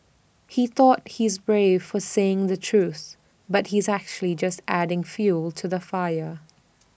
he thought he's brave for saying the truth but he's actually just adding fuel to the fire